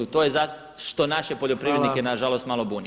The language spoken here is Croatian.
To je što naše poljoprivrednike nažalost malo buni.